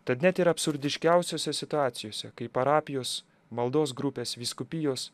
tad net ir absurdiškiausiose situacijose kai parapijos maldos grupės vyskupijos